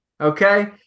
okay